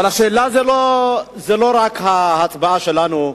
אבל השאלה היא לא רק ההצבעה שלנו.